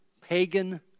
pagan